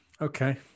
Okay